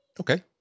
Okay